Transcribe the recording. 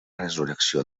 resurrecció